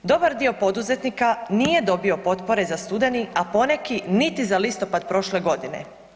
Dobar dio poduzetnika nije dobio potpore za studeni, a poneki niti za listopad prošle godine.